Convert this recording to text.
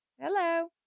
Hello